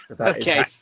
Okay